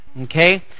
okay